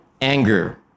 anger